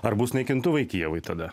ar bus naikintuvai kijevui tada